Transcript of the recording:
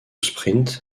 sprint